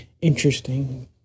interesting